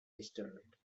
disturbed